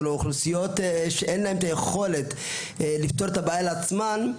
לאוכלוסיות שאין להן את היכולת לפתור את הבעיה לעצמן,